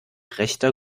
rechter